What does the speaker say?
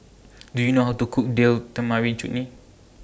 Do YOU know How to Cook Deal Tamarind Chutney